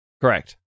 Correct